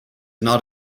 not